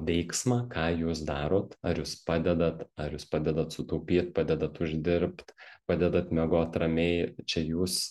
veiksmą ką jūs darot ar jūs padedat ar jūs padedat sutaupyt padedat uždirbt padedant miegot ramiai čia jūs